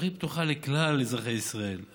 התוכנית פתוחה לכלל אזרחי מדינת ישראל,